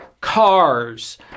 cars